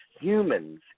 humans